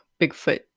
Bigfoot